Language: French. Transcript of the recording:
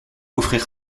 offrir